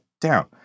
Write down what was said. down